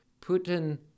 Putin